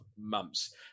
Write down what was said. months